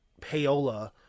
payola